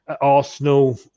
arsenal